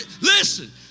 listen